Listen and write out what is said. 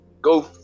go